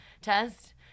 Test